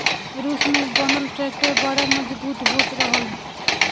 रूस में बनल ट्रैक्टर बड़ा मजबूत होत रहल